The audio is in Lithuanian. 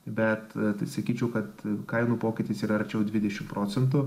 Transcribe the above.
bet tai sakyčiau kad kainų pokytis yra arčiau dvidešimt procentų